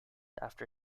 after